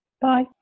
Bye